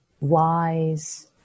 wise